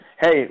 Hey